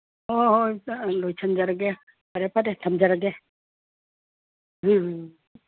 ꯍꯣꯏ ꯍꯣꯏ ꯑꯥ ꯂꯣꯏꯁꯟꯖꯔꯒꯦ ꯐꯔꯦ ꯐꯔꯦ ꯊꯝꯖꯔꯒꯦ ꯎꯝ